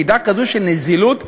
מידה כזו של נזילות,